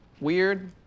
Weird